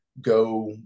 go